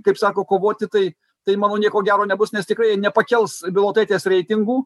kaip sako kovoti tai tai manau nieko gero nebus nes tikrai nepakels bilotaitės reitingų